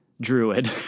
druid